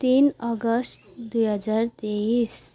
तिन अगस्ट दुई हजार तेइस